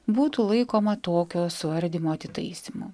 būtų laikoma tokio suardymo atitaisymu